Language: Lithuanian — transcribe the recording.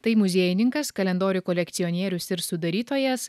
tai muziejininkas kalendorių kolekcionierius ir sudarytojas